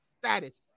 status